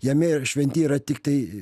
jame yra šventi yra tiktai